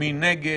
מי נגד?